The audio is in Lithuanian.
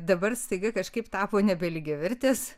dabar staiga kažkaip tapo nebe lygiavertės